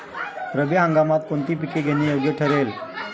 रब्बी हंगामात कोणती पिके घेणे योग्य ठरेल?